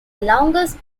longest